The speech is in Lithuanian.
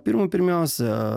pirmų pirmiausia